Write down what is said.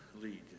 lead